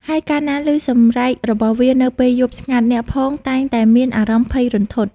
ហើយកាលណាឮសម្រែករបស់វានៅពេលយប់ស្ងាត់ អ្នកផងតែងតែមានអារម្មណ៍ភ័យរន្ធត់។